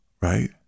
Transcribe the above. right